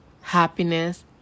happiness